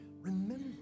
remember